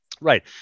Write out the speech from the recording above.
Right